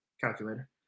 calculator